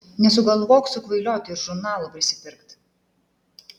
nesugalvok sukvailiot ir žurnalų prisipirkt